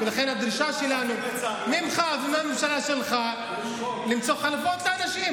הדרישה שלנו ממך ומהממשלה שלך למצוא חלופות לאנשים.